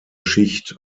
schicht